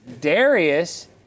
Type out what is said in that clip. Darius